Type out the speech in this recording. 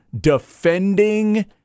defending